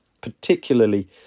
particularly